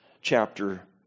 chapter